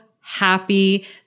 happy